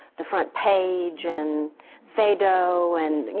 the front page and feydeau. and you